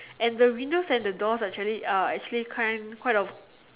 and the windows and the doors are actually uh actually kind quite of